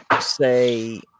say